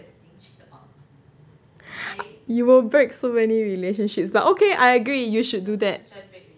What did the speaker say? you will break so many relationships but okay I agree you should do that